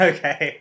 Okay